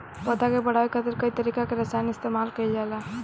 पौधा के बढ़ावे खातिर कई तरीका के रसायन इस्तमाल कइल जाता